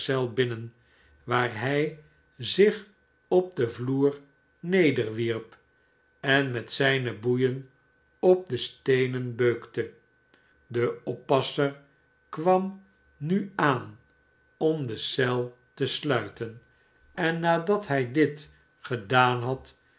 binnen waar hij zich op den vloer nederwierp en met zijne boeien op de steenen beukte de oppasser kwam nu aan om de eel te sluiten en nadat hij dit gedaan had